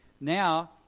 Now